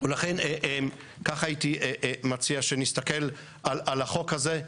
לכן ככה הייתי מציע שנסתכל על החוק הזה.